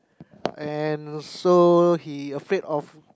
and so he afraid of